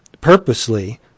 purposely